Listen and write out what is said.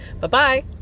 Bye-bye